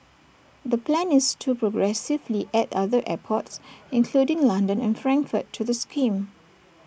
the plan is to progressively add other airports including London and Frankfurt to the scheme